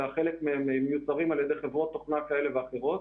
אלא חלק מהן מיוצרות על ידי חברות תוכנה כאלו ואחרות,